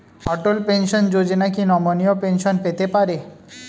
অটল pension Yojana কি নমনীয় pension পেতে পারে?